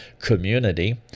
community